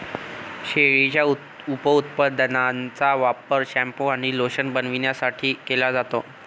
शेळीच्या उपउत्पादनांचा वापर शॅम्पू आणि लोशन बनवण्यासाठी केला जातो